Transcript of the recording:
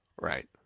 Right